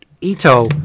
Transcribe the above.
Ito